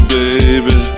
baby